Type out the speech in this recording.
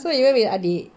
so you went with adik